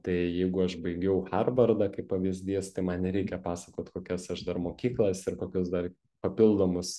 tai jeigu aš baigiau harvardą kaip pavyzdys tai man nereikia pasakot kokias aš dar mokyklas ir kokius dar papildomus